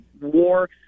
war